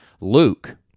Luke